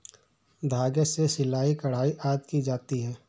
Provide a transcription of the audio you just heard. धागे से सिलाई, कढ़ाई आदि की जाती है